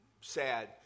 sad